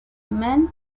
men